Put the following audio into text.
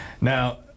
now